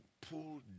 pull